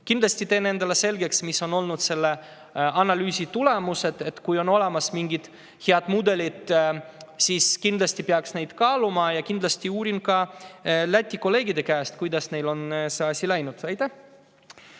Kindlasti teen endale selgeks, mis olid selle analüüsi tulemused. Kui on olemas mingid head mudelid, siis kindlasti peaks neid kaaluma. Ja kindlasti uurin ka Läti kolleegide käest, kuidas neil on see asi läinud. Ants